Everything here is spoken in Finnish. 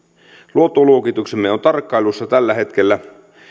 luottoluokituksemme on tarkkailussa tällä hetkellä